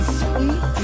sweet